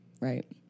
Right